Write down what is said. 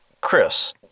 Chris